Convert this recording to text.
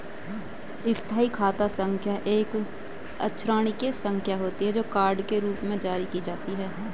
स्थायी खाता संख्या एक अक्षरांकीय संख्या होती है, जो कार्ड के रूप में जारी की जाती है